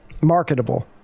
marketable